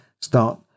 start